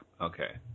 Okay